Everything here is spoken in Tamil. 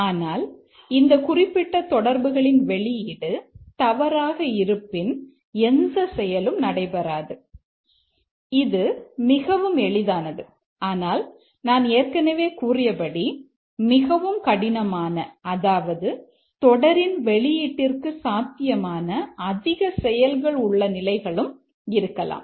ஆனால் இந்த குறிப்பிட்ட தொடர்புகளின் வெளியீடு தவறாக இருப்பின் எந்த செயலும் நடைபெறாது இது மிகவும் எளிதானது ஆனால் நான் ஏற்கனவே கூறியபடி மிகவும் கடினமான அதாவது தொடரின் வெளியீட்டிற்கு சாத்தியமான அதிக செயல்கள் உள்ள நிலைகளும் இருக்கலாம்